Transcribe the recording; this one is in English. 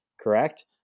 correct